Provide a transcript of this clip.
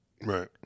Right